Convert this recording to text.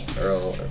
Earl